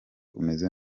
umeze